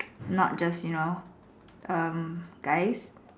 not just you know um guys